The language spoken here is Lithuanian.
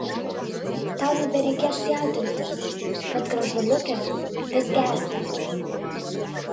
tau nebereikės jaudintis kad gražuoliuke vis gęsta